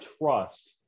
trust